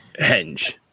henge